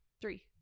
three